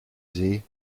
see